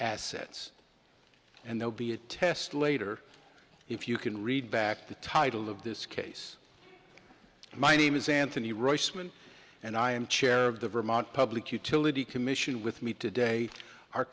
assets and they'll be a test later if you can read back the title of this case my name is anthony reisman and i am chair of the vermont public utility commission with me today our